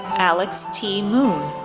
alex t. moon,